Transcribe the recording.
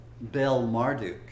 Bel-Marduk